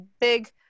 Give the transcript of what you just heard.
big